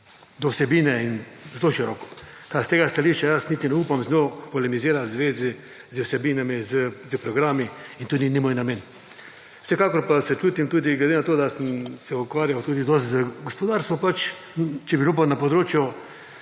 do vsebine zelo široko, kar iz tega stališča jaz niti ne upam z njo polemizirati v zvezi z vsebinami, s programi in tudi ni moj namen. Vsekakor pa se čutim tudi glede na to, da sem se ukvarjal dosti z gospodarstvom pač, če bi bilo na področju